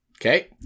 Okay